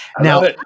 Now